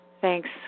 Thanks